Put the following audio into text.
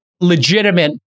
Legitimate